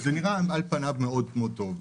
זה נראה על פניו מאוד מאוד טוב.